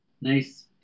Nice